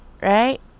right